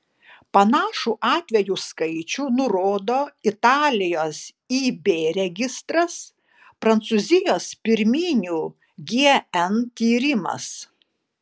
panašų atvejų skaičių nurodo italijos ib registras prancūzijos pirminių gn tyrimas